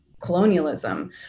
colonialism